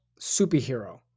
superhero